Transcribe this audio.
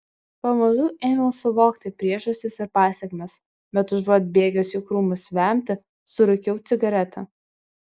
pamažu ėmiau suvokti priežastis ir pasekmes bet užuot bėgęs į krūmus vemti surūkiau cigaretę